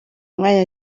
umwanya